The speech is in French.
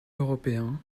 européen